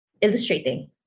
illustrating